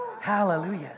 Hallelujah